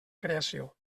creació